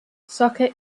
soccer